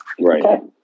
Right